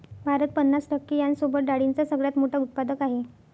भारत पन्नास टक्के यांसोबत डाळींचा सगळ्यात मोठा उत्पादक आहे